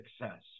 success